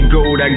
Gold